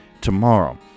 tomorrow